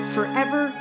Forever